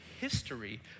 history